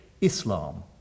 Islam